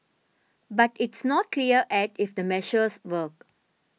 but it's not clear egg if the measures work